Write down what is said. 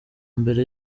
mbere